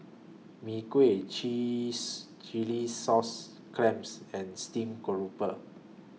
Mee Kuah Chillis Chilli Sauce Clams and Stream Grouper